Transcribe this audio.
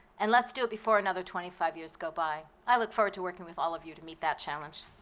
and let's it do it before another twenty five years go by. i look forward to working with all of you to meet that challenge.